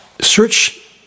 Search